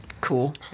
Cool